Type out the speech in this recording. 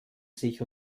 sich